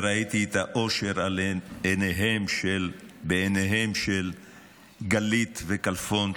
ראיתי את האושר בעיניהם של גלית וכלפון,